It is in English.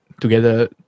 Together